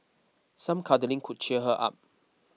some cuddling could cheer her up